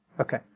Okay